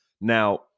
Now